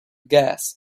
gas